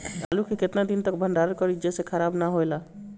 आलू के केतना दिन तक भंडारण करी जेसे खराब होएला?